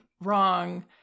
wrong